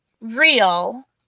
real